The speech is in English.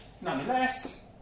Nonetheless